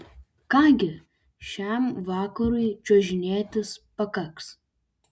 ką gi šiam vakarui čiuožinėtis pakaks